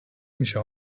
میشه